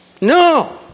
No